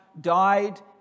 died